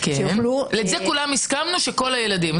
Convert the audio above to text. שיוכלו --- על זה כולנו הסכמנו שכל הילדים.